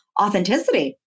authenticity